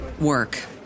work